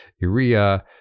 urea